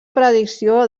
predicció